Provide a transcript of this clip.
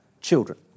children